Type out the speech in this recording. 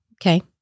Okay